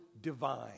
divine